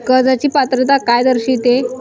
कर्जाची पात्रता काय दर्शविते?